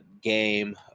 game